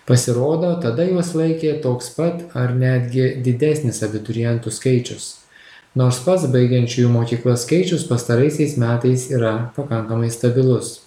pasirodo tada juos laikė toks pat ar netgi didesnis abiturientų skaičius nors pats baigiančiųjų mokyklas skaičius pastaraisiais metais yra pakankamai stabilus